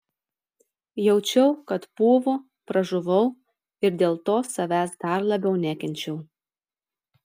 jaučiau kad pūvu pražuvau ir dėl to savęs dar labiau nekenčiau